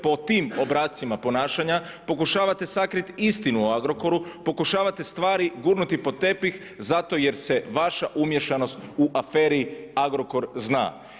Po tim obrascima ponašanja pokušavate sakriti istinu o Agrokoru, pokušavate stvari gurnuti pod tepih zato jer se vaša umiješanost u aferi Agrokor zna.